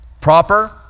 Proper